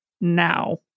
now